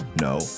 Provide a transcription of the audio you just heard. No